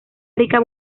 rica